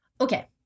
Okay